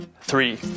three